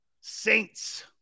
Saints